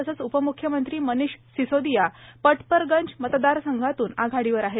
तसंच उपम्रुख्यमंत्री मनिष सिसोदिया पटपर्यांज मतदारसंघातून आघाडीवर आहेत